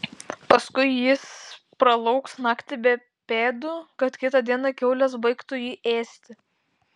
paskui jis pralauks naktį be pėdų kad kitą dieną kiaulės baigtų jį ėsti